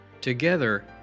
Together